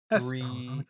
three